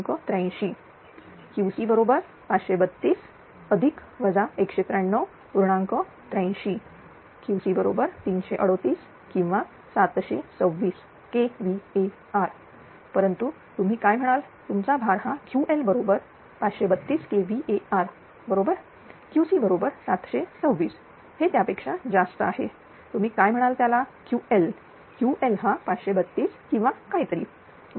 83 Qc338 or 726 kVAr परंतु तुम्ही काय म्हणाल तुमचा भार हा Ql बरोबर 532 kVAr बरोबरQcबरोबर 726 हे त्यापेक्षा जास्त आहे तुम्ही काय म्हणता त्याला QlQl हा 532 किंवा काहीतरी बरोबर